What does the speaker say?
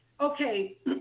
okay